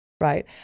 right